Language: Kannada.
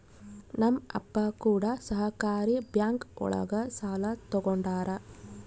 ನಮ್ ಅಪ್ಪ ಕೂಡ ಸಹಕಾರಿ ಬ್ಯಾಂಕ್ ಒಳಗ ಸಾಲ ತಗೊಂಡಾರ